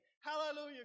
Hallelujah